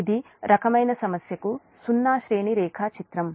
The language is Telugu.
ఇది రకమైన సమస్యకు సున్నా శ్రేణి రేఖాచిత్రం